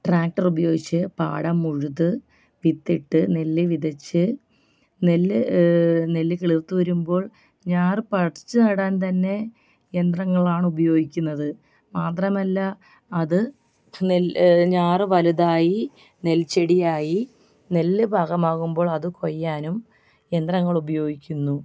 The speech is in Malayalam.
ട്രാക്ടർ ഉപയോഗിച്ച് പാടം ഉഴുത് വിത്തിട്ട് നെല്ല് വിതച്ച് നെല്ല് നെല്ല് കിളിർത്തു വരുമ്പോൾ ഞാറ് പറിച്ചുനടാൻ തന്നെ യന്ത്രങ്ങളാണ് ഉപയോഗിക്കുന്നത് മാത്രമല്ല അത് നെല്ല് ഞാറു വലുതായി നെൽച്ചെടിയായി നെല്ല് പാകമാവുമ്പോൾ അത് കൊയ്യാനും യന്ത്രങ്ങൾ ഉപയോഗിക്കുന്നു